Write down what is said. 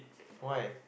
why